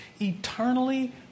Eternally